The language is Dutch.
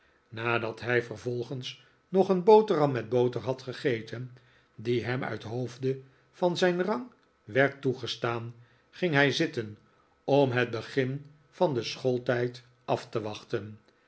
nadat hij vervolgens nog een boterham met boter had gegeten die hem uit hoofde van zijn rang werd toegestaan ging hij zitten om het begin van den schooltijd af te wachten